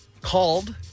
called